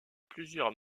plusieurs